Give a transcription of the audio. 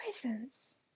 presence